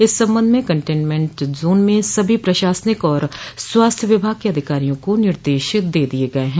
इस सम्बन्ध में कन्टेनमेन्ट जोन में सभी प्रशासनिक और स्वास्थ्य विभाग के अधिकारियों को निर्देश दे दिये गये हैं